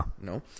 no